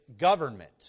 government